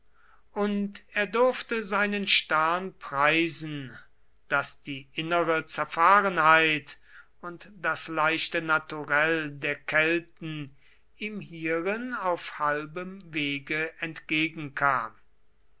und er durfte seinen stern preisen daß die innere zerfahrenheit und das leichte naturell der kelten ihm hierin auf halbem wege entgegenkam